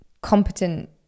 competent